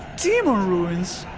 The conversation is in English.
demon ruins?